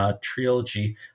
trilogy